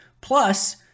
Plus